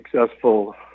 successful